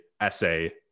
essay